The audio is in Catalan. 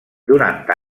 durant